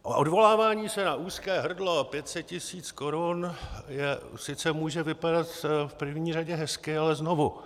Odvolávání se na úzké hrdlo 500 tisíc korun sice může vypadat v první řadě hezky, ale znovu.